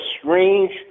strange